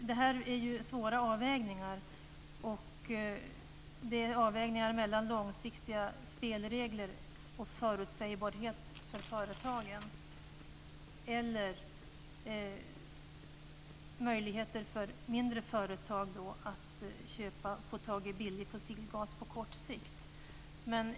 Detta är svåra avvägningar, och avvägningar mellan långsiktiga spelregler och förutsägbarhet för företagen. Det handlar om möjligheterna för mindre företag att få tag i billig fossilgas på kort sikt.